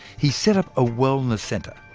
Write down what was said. he set up a wellness centre,